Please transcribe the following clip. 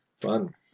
Fun